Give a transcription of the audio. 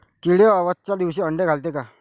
किडे अवसच्या दिवशी आंडे घालते का?